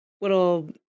little